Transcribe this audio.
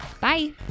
bye